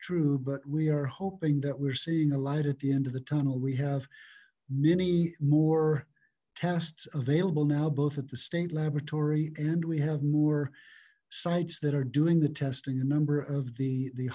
true but we are hoping that we're seeing a light at the end of the tunnel we have many more tests available now both at the state laboratory and we have more sites that are doing the testing a number of the the